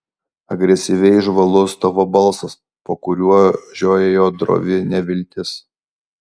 agresyviai žvalus tavo balsas po kuriuo žiojėjo drovi neviltis